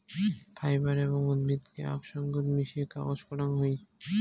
fibre এবং উদ্ভিদকে আক সঙ্গত মিশিয়ে কাগজ করাং হই